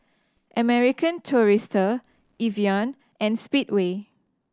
American Tourister Evian and Speedway